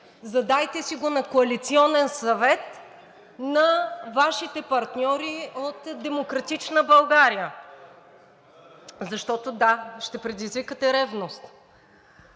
задайте го на коалиционен съвет на Вашите партньори от „Демократична България“, но да не предизвикате ревност.